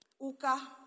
Uka